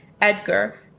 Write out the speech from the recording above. Edgar